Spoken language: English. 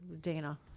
Dana